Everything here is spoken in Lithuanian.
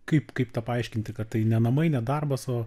kaip kaip tą paaiškinti kad tai ne namai ne darbas o